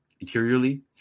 interiorly